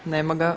Nema ga.